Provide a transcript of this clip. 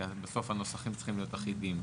כי בסוף הנוסחים צריכים להיות אחידים.